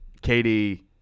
Katie